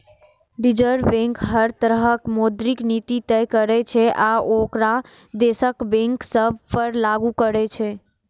reserve bank हर तरहक मौद्रिक नीति तय करै छै आ ओकरा देशक बैंक सभ पर लागू करै छै